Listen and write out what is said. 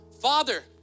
father